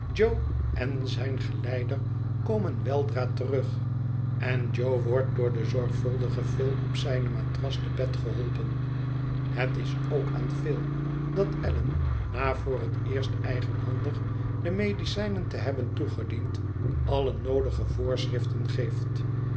en zijn geleider komen weldra terug en jo wordt door den zorgvuldigen phil op zijne matras te bed geholpen het is ook aan phil dat allan na voor het eerst eigenhandig de medicijnen te hebben toegediend alle noodige voorschriften geeft